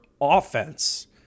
offense